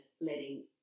letting